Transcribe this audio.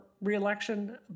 reelection